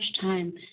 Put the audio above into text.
time